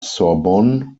sorbonne